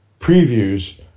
previews